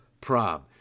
prom